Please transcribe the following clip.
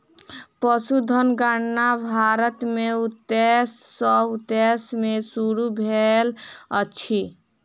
पशुधन गणना भारत में उन्नैस सौ उन्नैस में शुरू भेल अछि